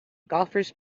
golfers